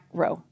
row